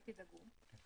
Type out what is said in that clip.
אל תדאגו.